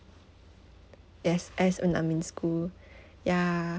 as as when I'm in school ya